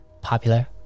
popular